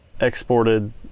exported